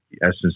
essence